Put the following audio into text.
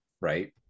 right